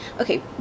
Okay